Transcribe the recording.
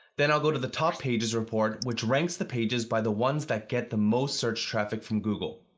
then i'll go to the top pages report, which ranks the pages by the ones that get the most search traffic from google.